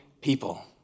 people